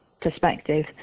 perspective